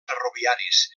ferroviaris